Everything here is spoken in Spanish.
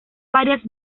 varias